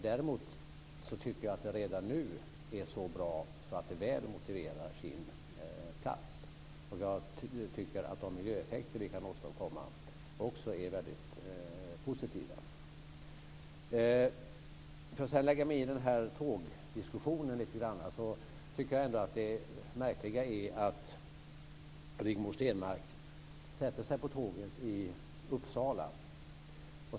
Däremot tycker jag att det redan nu är så bra att det väl motiverar sin plats. Jag tycker att de miljöeffekter vi kan åstadkomma också är väldigt positiva. Låt mig sedan lägga mig i den här tågdiskussionen lite grann. Jag tycker att det är lite märkligt. Rigmor Stenmark sätter sig på tåget i Uppsala.